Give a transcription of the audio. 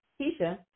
Keisha